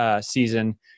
season